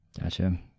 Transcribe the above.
Gotcha